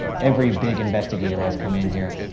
every big investigator has come in here.